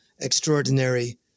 extraordinary